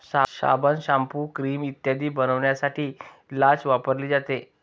साबण, shampoo, cream इत्यादी बनवण्यासाठी लाच वापरली जाते